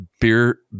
beer